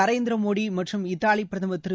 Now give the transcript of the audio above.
நரேந்திரமோடிமற்றும் இத்தாலிபிரதமர் திரு